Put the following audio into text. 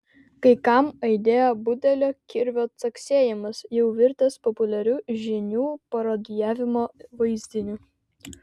kai kam aidėjo budelio kirvio caksėjimas jau virtęs populiariu žinių parodijavimo vaizdiniu